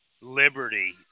liberty